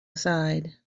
aside